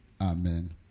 amen